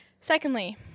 Secondly